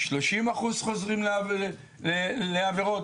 30% חוזרים לעבירות.